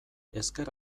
ezker